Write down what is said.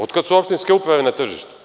Od kada su opštinske uprave na tržištu?